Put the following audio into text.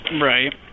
Right